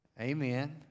Amen